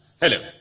Hello